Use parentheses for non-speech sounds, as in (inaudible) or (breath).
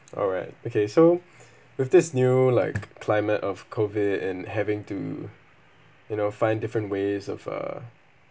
alright okay so (breath) with this new like climate of COVID and having to you know find different ways of uh